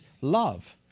love